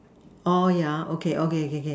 orh yeah okay okay okay okay